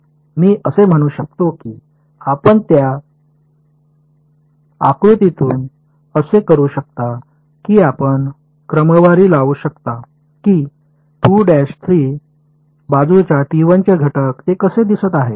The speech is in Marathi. मी असे म्हणू शकतो की आपण त्या आकृतीतून असे करू शकता की आपण क्रमवारी लावू शकता की 2 3 बाजूच्या चे घटक ते कसे दिसत आहे